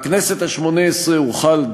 עם הסכמי שלום שיאפשרו את